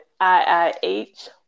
IIH